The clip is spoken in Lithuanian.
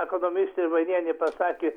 ekonomistė vainienė pasakė